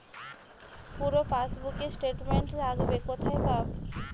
পুরো পাসবুকের স্টেটমেন্ট লাগবে কোথায় পাব?